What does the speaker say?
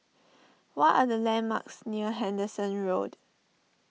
what are the landmarks near Henderson Road